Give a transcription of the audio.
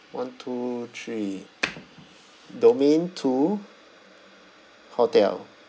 one two three domain two hotel